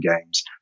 Games